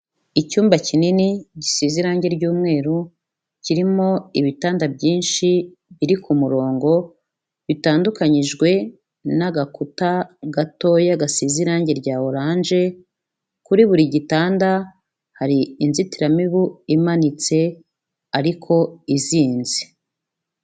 Icyumba kinini gisize irangi ry'umweru kirimo ibitanda byinshi biri ku murongo, bitandukanijwe n'agakuta gatoya gasize irangi rya oranje, kuri buri gitanda hari inzitiramibu imanitse ariko izinze.